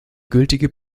gültige